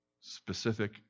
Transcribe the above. specific